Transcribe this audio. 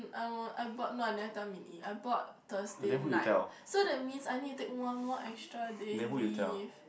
I want I bought but I never tell Minyi I bought Thursday night so that means I need to take one more extra day leave